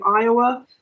Iowa